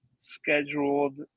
scheduled